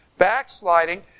Backsliding